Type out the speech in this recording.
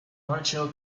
martial